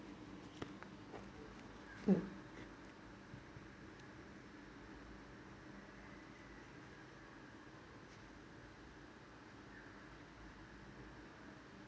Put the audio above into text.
mm